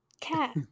Cat